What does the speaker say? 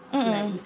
mm mm